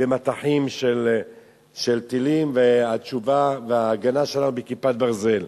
במטחים של טילים והתשובה וההגנה שלנו ב"כיפת ברזל".